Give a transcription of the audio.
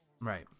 Right